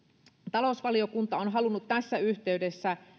talousvaliokunta on halunnut tässä yhteydessä